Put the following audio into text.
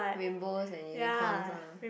rainbows and unicorns ah